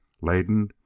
laden